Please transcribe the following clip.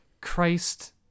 christ